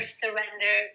surrender